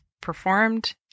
performed